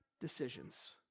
decisions